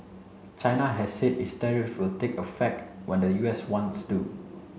china has said its tariffs will take effect when the U S ones do